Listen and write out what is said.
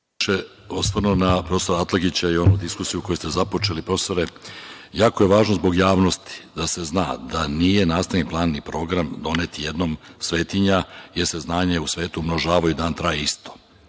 se na profesora Atlagića i onu diskusiju koju ste započeli profesore. Jako je važno zbog javnosti, da se zna da nije nastavni plan i program donet jednom svetinja, jer se znanje u svetu umnožava i dan traje isto